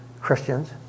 Christians